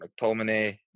McTominay